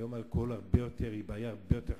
היום אלכוהול הוא בעיה הרבה יותר חמורה.